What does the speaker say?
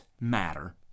matter